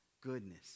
goodness